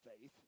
faith